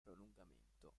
prolungamento